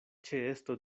ĉeesto